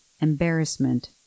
embarrassment